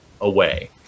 away